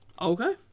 Okay